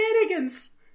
shenanigans